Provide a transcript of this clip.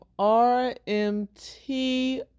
RMT